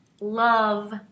love